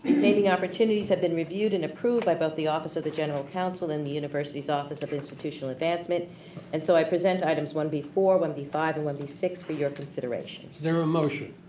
saving opportunities have been reviewed and approved by both the office of the general counsel in the university's office of institutional advancement and so i present items one b four, one b five, and one b six for your consideration. is there a motion?